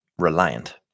reliant